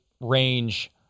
range